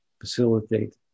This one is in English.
facilitate